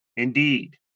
Indeed